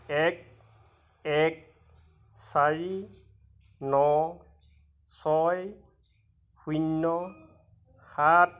এক এক চাৰি ন ছয় শূন্য সাত